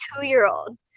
two-year-old